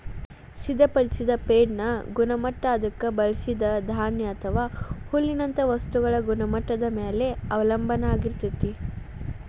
ಸಿದ್ಧಪಡಿಸಿದ ಫೇಡ್ನ ಗುಣಮಟ್ಟ ಅದಕ್ಕ ಬಳಸಿದ ಧಾನ್ಯ ಅಥವಾ ಹುಲ್ಲಿನಂತ ವಸ್ತುಗಳ ಗುಣಮಟ್ಟದ ಮ್ಯಾಲೆ ಅವಲಂಬನ ಆಗಿರ್ತೇತಿ